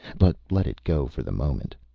but let it go for the moment.